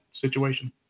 situation